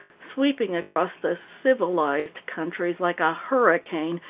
sweeping across the civilized countries like a hurricane,